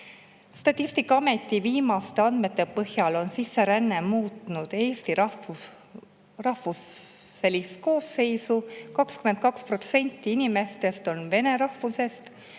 Statistikaameti viimaste andmete põhjal on sisseränne muutnud Eesti rahvuselist koosseisu. 22% inimestest on vene rahvusest,